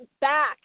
back